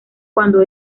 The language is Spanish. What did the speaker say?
cuando